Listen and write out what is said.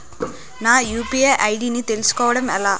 నా UPI ID ని తెలుసుకోవడం ఎలా?